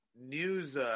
news